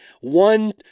one